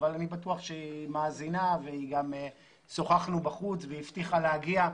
בטוח שהיא מאזינה, שוחחנו בחוץ והיא הבטיחה להגיע,